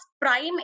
prime